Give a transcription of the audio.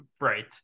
Right